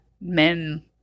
men